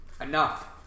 Enough